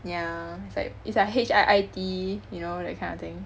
yeah it's like it's like H_I_I_T you know that kind of thing